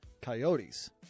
Coyotes